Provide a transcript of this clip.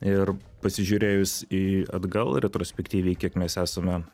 ir pasižiūrėjus į atgal retrospektyviai kiek mes esame